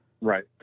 right